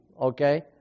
okay